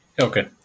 Okay